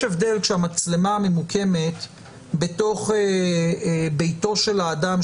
יש הבדל כשהמצלמה ממוקמת בתוך ביתו של האדם,